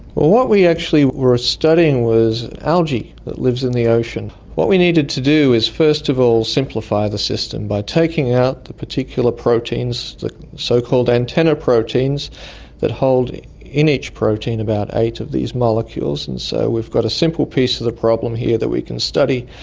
what we actually were studying was algae that lives in the ocean. what we needed to do was first of all simplify the system by taking out the particular proteins, the so-called antenna proteins that hold in each protein about eight of these molecules, and so we've got a simple piece of the problem here that we can study.